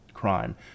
crime